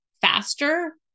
faster